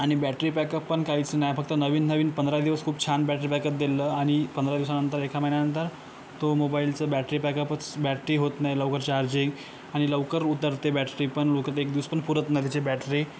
आणि battery backup पण काहीच नाही फक्त नवीन नवीन पंधरा दिवस खूप छान बॅटरी बॅकअप दिलेलं आणि पंधरा दिवसानंतर एका महिन्यानंतर तो मोबाइलचं बॅटरी बॅकअपच बॅटरी होत नाही लवकर चार्जिंग आणि लवकर उतरते बॅटरी पण एक दिवस पण पुरत नाही त्याची बॅटरी